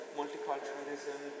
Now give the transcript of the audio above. multiculturalism